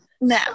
No